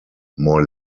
more